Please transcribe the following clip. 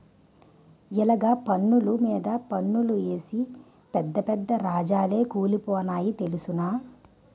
ఇలగ పన్నులు మీద పన్నులేసి పెద్ద పెద్ద రాజాలే కూలిపోనాయి తెలుసునా